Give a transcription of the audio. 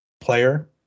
player